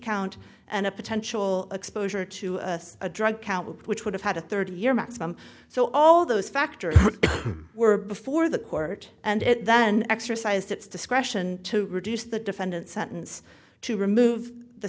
count and a potential exposure to a drug count which would have had a thirty year maximum so all those factors were before the court and then exercised its discretion to reduce the defendant's sentence to remove the